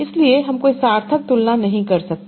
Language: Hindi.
इसलिए हम कोई सार्थक तुलना नहीं कर सकते